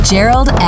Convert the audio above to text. Gerald